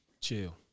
Chill